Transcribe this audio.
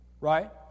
Right